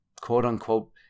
quote-unquote